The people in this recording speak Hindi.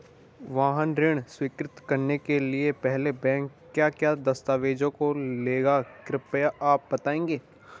वाहन ऋण स्वीकृति करने से पहले बैंक क्या क्या दस्तावेज़ों को लेगा कृपया आप बताएँगे?